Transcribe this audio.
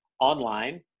online